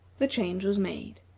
the change was made.